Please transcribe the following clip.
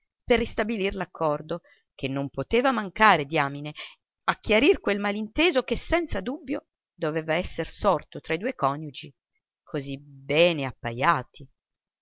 per ristabilir l'accordo che non poteva mancare diamine a chiarir quel malinteso che senza dubbio doveva esser sorto tra i due coniugi così bene appajati